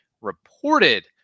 reported